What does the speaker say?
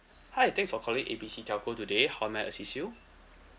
hi thanks for calling A B C telco today how may I assist you